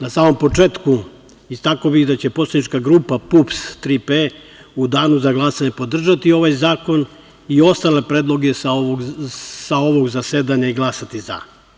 Na samom početku istakao bih da će poslanička grupa PUPS – „Tri P“ u danu za glasanje podržati ovaj zakon i ostale predloge sa ovog zasedanja i glasati za.